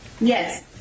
Yes